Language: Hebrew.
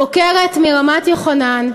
בוקרת מרמת-יוחנן,